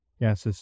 Yes